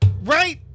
Right